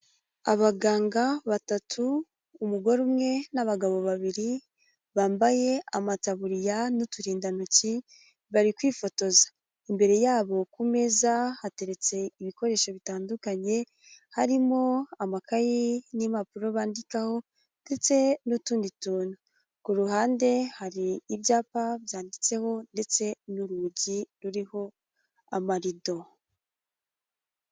Abaganga batatu, umugore umwe n'abagabo babiri bambaye amataburiya n'uturindantoki bari kwifotoza, imbere yabo ku meza hateretse ibikoresho bitandukanye, harimo amakaye n'impapuro bandikaho ndetse n'utundi tuntu, ku ruhande hari ibyapa byanditseho ndetse n'urugi ruriho amarido.